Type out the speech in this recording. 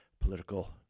political